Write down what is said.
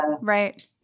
right